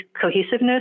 cohesiveness